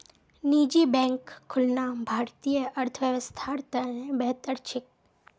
निजी बैंक खुलना भारतीय अर्थव्यवस्थार त न बेहतर छेक